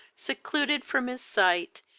secluded from his sight,